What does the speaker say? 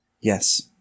Yes